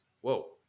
Whoa